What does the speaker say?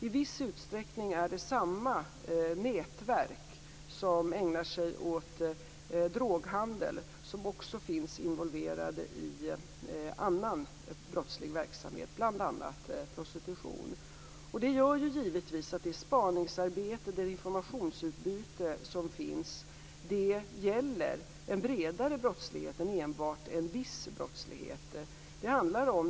I viss utsträckning är de nätverk som ägnar sig åt droghandel också involverade i annan brottslig verksamhet, bl.a. prostitution. Detta gör givetvis att det spaningsarbete och det informationsutbyte som finns inte gäller bara en viss brottslighet utan har en bredare inriktning.